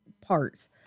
parts